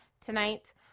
tonight